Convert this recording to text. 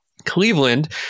Cleveland